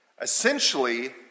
Essentially